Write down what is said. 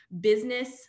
business